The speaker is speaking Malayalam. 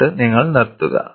എന്നിട്ട് നിങ്ങൾ നിർത്തുക